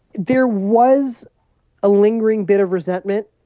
there was a lingering bit of resentment,